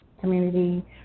community